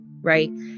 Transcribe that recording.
right